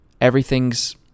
Everything's